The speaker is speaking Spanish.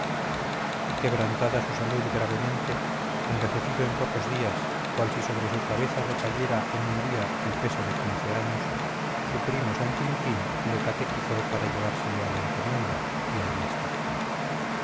quebrantada su salud gravemente envejecido en pocos días cual si sobre su cabeza recayera en un día el peso de quince años su primo san quintín le catequizó para llevársele a la encomienda y allí está